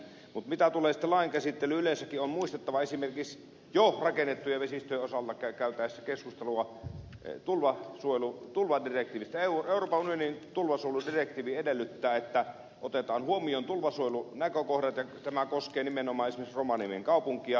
mutta mitä tulee sitten lain käsittelyyn yleensäkin käytäessä keskustelua tulvadirektiivistä esimerkiksi jo hakeneet työllisyys ja osaamme käyttää taas keskustelua ei tulla voinut tulla rakennettujen vesistöjen osalta on muistettava että euroopan unionin tulvasuojeludirektiivi edellyttää että otetaan huomioon tulvasuojelunäkökohdat ja tämä koskee nimenomaan esimerkiksi rovaniemen kaupunkia